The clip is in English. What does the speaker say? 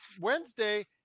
Wednesday